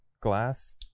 glass